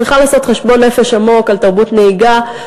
צריכה לעשות חשבון נפש עמוק על תרבות הנהיגה,